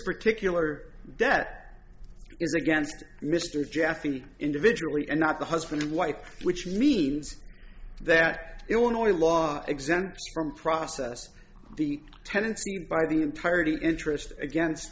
particular debt is against mr jaffe individual and not the husband and wife which means that illinois law exempt from process the tendency by the entirety interest against